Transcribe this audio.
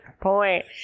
point